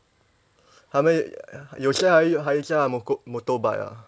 他们有些还还驾 moto~ motorbike ah